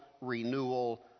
renewal